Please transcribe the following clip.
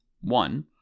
One